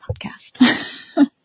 podcast